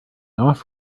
off